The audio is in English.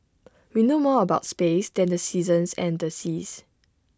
we know more about space than the seasons and the seas